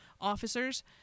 officers